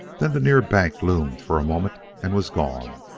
then the near bank loomed for a moment and was gone,